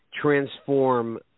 transform